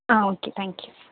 ah okay thank you